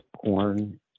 corn